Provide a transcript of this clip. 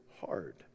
hard